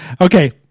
Okay